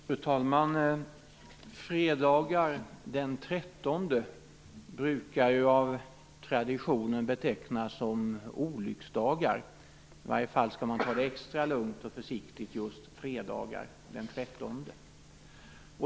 Fru talman! Fredagar den 13 brukar av tradition betecknas som olycksdagar. I varje fall skall man ta det extra lugnt och försiktigt fredagar den 13.